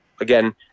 Again